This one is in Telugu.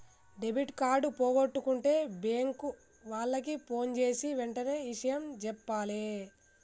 డెబిట్ కార్డు పోగొట్టుకుంటే బ్యేంకు వాళ్లకి ఫోన్జేసి వెంటనే ఇషయం జెప్పాలే